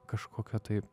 kažkokio tai